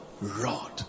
rod